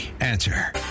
answer